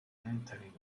entering